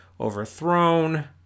overthrown